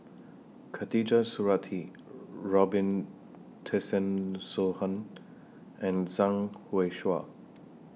Khatijah Surattee Robin Tessensohn and Zhang